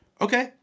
okay